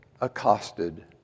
accosted